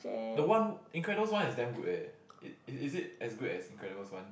the one Incredibles One is damn good eh it it is it as good as Incredibles One